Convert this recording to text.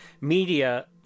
media